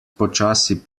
počasi